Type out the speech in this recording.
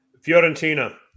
Fiorentina